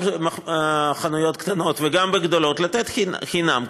גם בחנויות קטנות וגם בגדולות, לתת חינם.